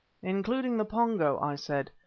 including the pongo, i said.